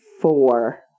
four